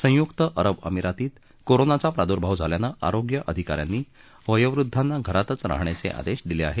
संयुक्त अरब अमिरातीत कोरोनाचा प्रादुर्भाव झाल्यानं आरोग्य अधिकाऱ्यांनी वयोवृद्धांना घरातच राहण्याचे आदेश दिले आहेत